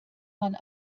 man